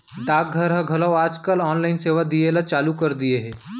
डाक घर ह घलौ आज काल ऑनलाइन सेवा दिये ल चालू कर दिये हे